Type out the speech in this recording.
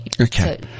Okay